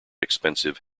expensive